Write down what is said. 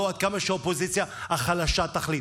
ולא עד כמה שהאופוזיציה החלשה תחליט.